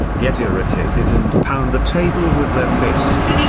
get irritated and pound the table with their fist.